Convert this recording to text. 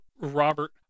Robert